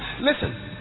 Listen